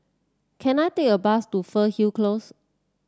can I take a bus to Fernhill Close